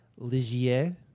Ligier